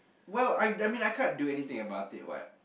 well I I mean I can't do anything about it what